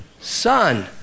son